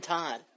Todd